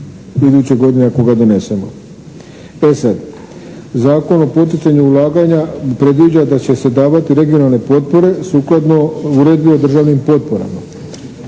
iduće godine ako ga donesemo. E sad, Zakon o poticanju ulaganja predviđa da će se davati regionalne potpore sukladno Uredbi o državnim potporama